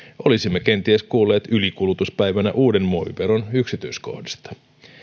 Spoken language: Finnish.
olisimme kenties kuulleet ylikulutuspäivänä uuden muoviveron yksityiskohdista